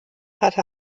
hatte